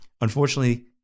Unfortunately